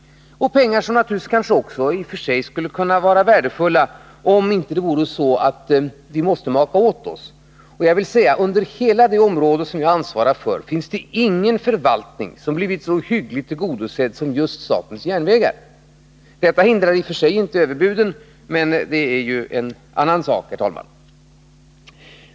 Och kanske skulle dessa pengar i och för sig vara värdefulla, om det inte vore så, att vi måste maka åt oss. Inom hela det område som jag ansvarar för finns det ingen förvaltning som blivit så hyggligt tillgodosedd som just statens järnvägar. Detta hindrar i och för sig inte överbuden, men det är en annan sak.